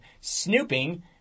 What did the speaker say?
snooping